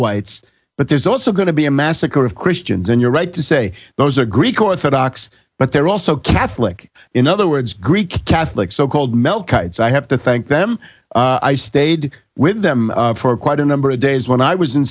it's but there's also going to be a massacre of christians and you're right to say those are greek orthodox but they're also catholic in other words greek catholic so called melt so i have to thank them i stayed with them for quite a number of days when i was in